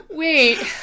Wait